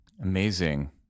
Amazing